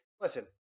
listen